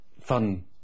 fun